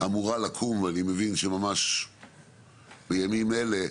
ואני מבין שממש בימים אלה,